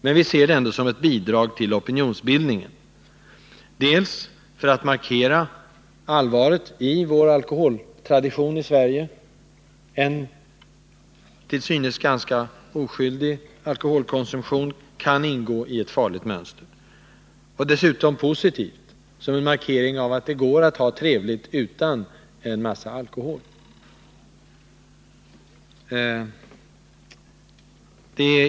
Men vi betraktar det som ett bidrag till opinionsbildningen, dels för att markera allvaret i vår alkoholtradition i Sverige — en till synes ganska oskyldig alkoholkonsumtion kan ingå i ett farligt mönster —, dels mer positivt, som en markering av att det går att ha trevligt utan en massa alkohol.